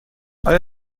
آیا